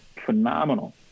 phenomenal